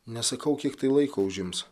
nesakau kiek tai laiko užims